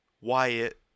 Wyatt